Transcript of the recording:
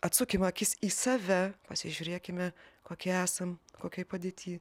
atsukim akis į save pasižiūrėkime kokie esam kokioj padėty